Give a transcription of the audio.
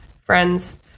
Friends